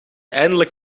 eindelijk